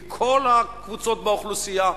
מכל הקבוצות באוכלוסייה.